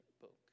book